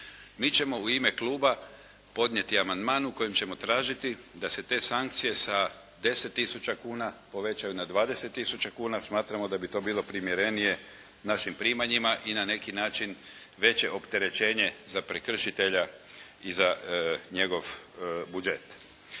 Mi ćemo u ime kluba podnijeti amandman u kojem ćemo tražiti da se te sankcije sa 10 tisuća kuna povećaju na 20 tisuća kuna, smatramo da bi to bilo primjerenije našim primanjima i na neki način veće opterećenje za prekršitelja i za njegov budžet.